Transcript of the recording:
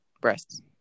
breasts